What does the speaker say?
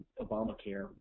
Obamacare